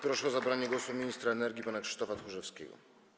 Proszę o zabranie głosu ministra energii pana Krzysztofa Tchórzewskiego.